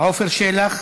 עופר שלח,